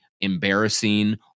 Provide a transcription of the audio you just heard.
embarrassing